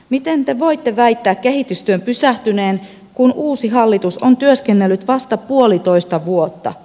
miten te voitte väittää kehitystyön pysähtyneen kun uusi hallitus on työskennellyt vasta puolitoista vuotta